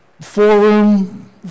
four-room